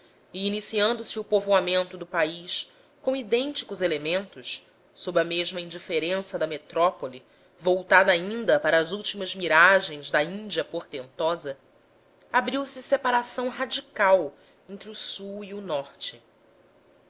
iniciando se o povoamento do país com idênticos elementos sob a mesma indiferença da metrópole voltada ainda para as últimas miragens da índia portentosa abriu-se separação radical entre o sul e o norte